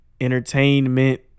Entertainment